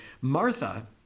Martha